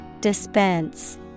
Dispense